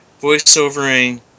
voiceovering